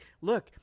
look